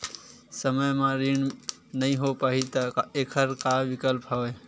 समय म ऋण नइ हो पाहि त एखर का विकल्प हवय?